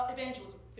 Evangelism